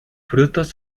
frutos